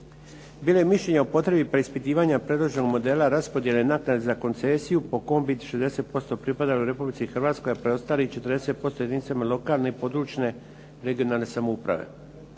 Bilo je mišljenja o potrebi preispitivanja predloženog modela raspodjele naknade za koncesiju po kom bi 60% pripadalo Republici Hrvatskoj, a preostalih 40% jedinicama lokalne i područne (regionalne) samouprave.